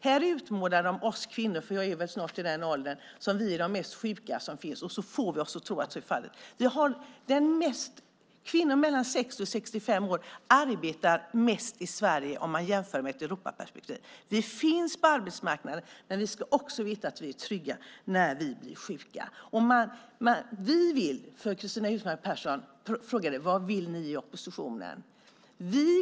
Här utmålar man oss kvinnor - jag är snart i den åldern - som de mest sjuka som finns och får oss att tro att så är fallet. I ett Europaperspektiv arbetar kvinnor mellan 60 och 65 år i Sverige mest. Vi finns på arbetsmarknaden, men vi ska också veta att vi är trygga när vi blir sjuka. Cristina Husmark Pehrsson frågade vad vi i oppositionen vill.